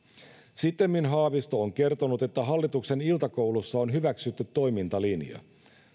sittemmin haavisto on kertonut että hallituksen iltakoulussa on hyväksytty toimintalinja